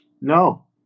No